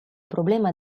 problema